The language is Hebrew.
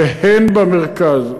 והן במרכז.